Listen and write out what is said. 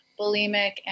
bulimic